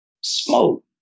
smoke